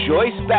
Joyce